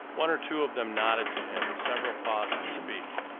one or two of them nodded to him, several paused to speak.